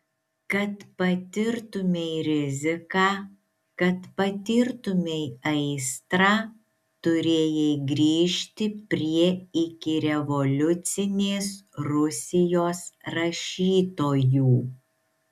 kad patirtumei riziką kad patirtumei aistrą turėjai grįžti prie ikirevoliucinės rusijos rašytojų